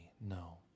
no